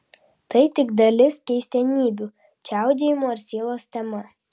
tai tik dalis keistenybių čiaudėjimo ir sielos tema